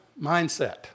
mindset